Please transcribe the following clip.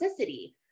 toxicity